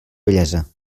bellesa